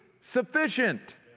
sufficient